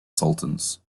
sultans